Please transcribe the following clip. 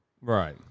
Right